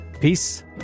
Peace